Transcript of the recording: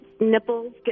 nipples